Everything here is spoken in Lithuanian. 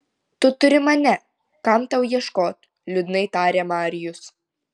tu turi mane kam tau ieškot liūdnai tarė marijus